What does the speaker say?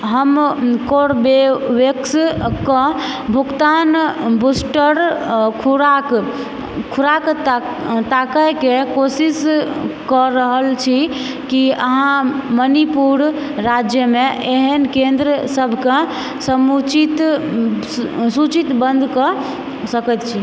हम कोरबेवैक्स कऽ भुगतान बूस्टर खुराक खुराक ताकैके कोशिशकऽ रहल छी की अहाँ मणिपुर राज्यमे एहन केन्द्र सबकेँ समुचित सूचितबन्धकऽ सकैत छी